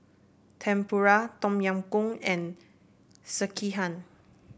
Tempura Tom Yam Goong and Sekihan